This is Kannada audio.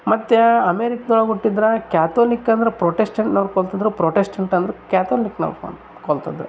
ಮತ್ತು ಅಮೇರಿಕದೊಳಗ್ ಹುಟ್ಟಿದ್ರ ಕ್ಯಾಥೋಲಿಕ್ಕಂದ್ರ ಪ್ರೋಟಿಸ್ಟೆಂಟ್ನವ್ರು ಕೊಲ್ತಿದ್ರು ಪ್ರೋಟೆಸ್ಟೆಂಟಂದ್ರೆ ಕ್ಯಾಥೋಲಿಕ್ನವ್ರ್ ಕೊಲ್ಲು ಕೊಲ್ತಿದ್ರು